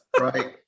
right